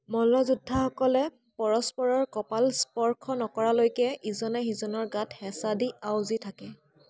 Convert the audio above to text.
মল্লযোদ্ধাসকলে পৰস্পৰৰ কপাল স্পৰ্শ নকৰালৈকে ইজনে সিজনৰ গাত হেঁচা দি আঁউজি থাকে